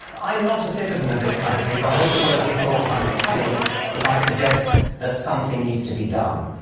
i'm not a citizen of this country, so i hope it won't be thought unbecoming if i suggest that something needs to be done.